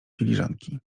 filiżanki